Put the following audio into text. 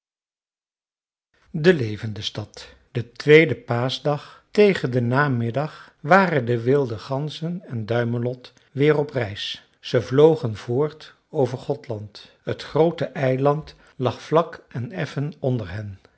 de levende stad den tweeden paaschdag tegen den namiddag waren de wilde ganzen en duimelot weer op reis ze vlogen voort over gothland het groote eiland lag vlak en effen onder hen